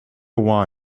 wine